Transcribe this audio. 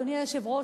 אדוני היושב-ראש,